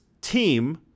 team